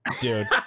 dude